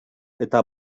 eta